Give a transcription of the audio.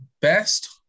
best